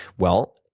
well,